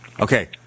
Okay